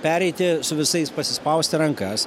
pereiti su visais pasispausti rankas